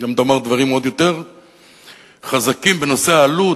גם תאמר דברים עוד יותר חזקים בנושא העלות,